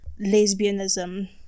lesbianism